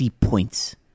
points